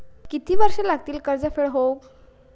किती वर्षे लागतली कर्ज फेड होऊक?